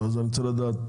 אני רוצה לדעת